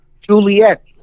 Juliet